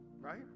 Right